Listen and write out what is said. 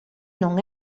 non